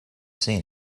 seen